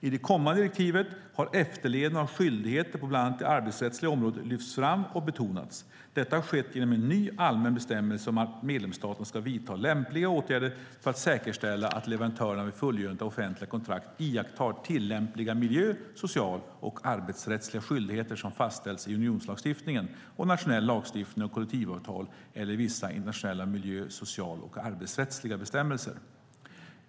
I det kommande direktivet har efterlevnaden av skyldigheter på bland annat det arbetsrättsliga området lyfts fram och betonats. Detta har skett genom en ny allmän bestämmelse om att medlemsstaterna ska vidta lämpliga åtgärder för att säkerställa att leverantörer vid fullgörande av offentliga kontrakt iakttar tillämpliga miljö-, social och arbetsrättsliga skyldigheter som fastställts i unionslagstiftningen, nationell lagstiftning, kollektivavtal eller i vissa internationella miljö-, social och arbetsrättsliga bestämmelser.